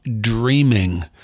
dreaming